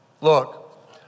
Look